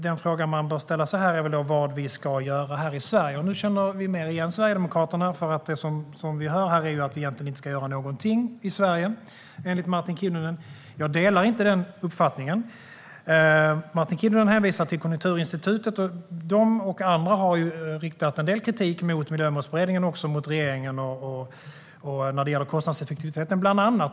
Den fråga man bör ställa sig är väl vad vi ska göra här i Sverige. Nu känner vi mer igen Sverigedemokraterna, för det som vi hör här är att vi egentligen inte ska göra någonting i Sverige, enligt Martin Kinnunen. Jag delar inte den uppfattningen. Martin Kinnunen hänvisar till Konjunkturinstitutet. De och andra har riktat en del kritik mot Miljömålsberedningen och mot regeringen när det gäller kostnadseffektiviteten, bland annat.